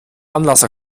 anlasser